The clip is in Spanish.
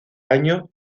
año